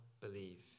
believe